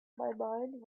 mind